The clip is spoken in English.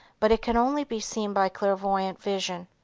but it can only be seen by clairvoyant vision.